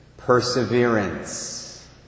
perseverance